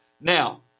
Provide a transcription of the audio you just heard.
Now